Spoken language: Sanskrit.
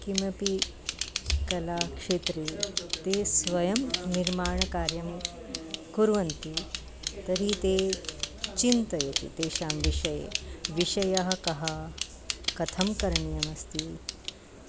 किमपि कलाक्षेत्रे ते स्वयं निर्माणकार्यं कुर्वन्ति तर्हि ते चिन्तयन्ति तेषां विषये विषयः कः कथं करणीयमस्ति